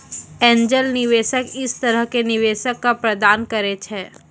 angel निवेशक इस तरह के निवेशक क प्रदान करैय छै